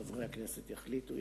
חברי הכנסת יחליטו.